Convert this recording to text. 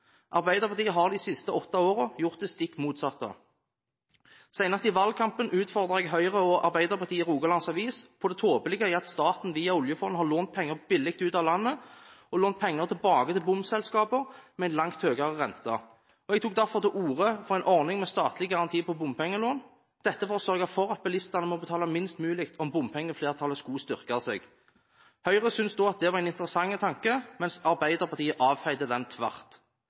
Arbeiderpartiet har de siste åtte årene gjort det stikk motsatte. Senest i valgkampen utfordret jeg Høyre og Arbeiderpartiet i Rogalands Avis på det tåpelige i at staten via oljefondet har lånt penger billig ut av landet, og har lånt penger tilbake til bompengeselskaper med en langt høyere rente. Jeg tok derfor til orde for en ordning med statlig garanti på bompengelån, dette for å sørge for at bilistene må betale minst mulig om bompengeflertallet skulle styrke seg. Høyre syntes da at det var en interessant tanke, mens Arbeiderpartiet avfeide den tvert.